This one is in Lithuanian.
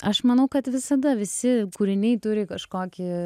aš manau kad visada visi kūriniai turi kažkokį